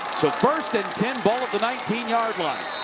so first and ten. ball at the nineteen yard line.